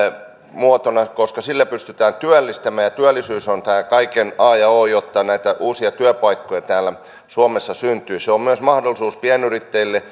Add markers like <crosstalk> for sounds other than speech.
muotona koska sillä pystytään työllistämään ja työllisyys on tämän kaiken a ja o jotta näitä uusia työpaikkoja täällä suomessa syntyy tämä kotitalousvähennyksen mahdollisuus on myös mahdollisuus pienyrittäjille <unintelligible>